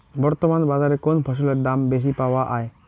বর্তমান বাজারে কোন ফসলের দাম বেশি পাওয়া য়ায়?